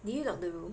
did you lock the room